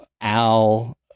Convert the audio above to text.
al